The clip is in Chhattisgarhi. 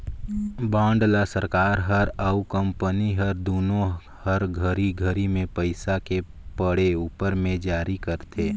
बांड ल सरकार हर अउ कंपनी हर दुनो हर घरी घरी मे पइसा के पड़े उपर मे जारी करथे